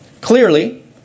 Clearly